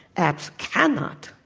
apps cannot,